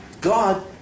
God